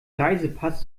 reisepass